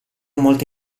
molte